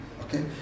Okay